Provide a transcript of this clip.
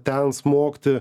ten smogti